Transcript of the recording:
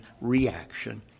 reaction